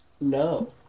no